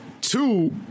Two